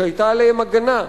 שהיתה עליהם הגנה.